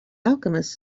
alchemist